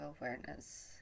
awareness